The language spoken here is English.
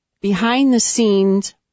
behind-the-scenes